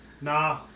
Nah